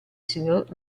signor